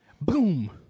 Boom